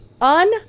Un